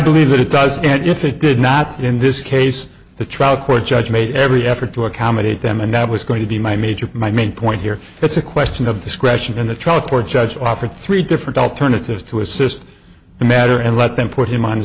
believe that it does and if it did not in this case the trial court judge made every effort to accommodate them and that was going to be my major my main point here it's a question of discretion in the trial court judge offered three different alternatives to assist the matter and let them put him on the